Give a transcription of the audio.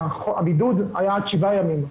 הבידוד היה עד שבעה ימים.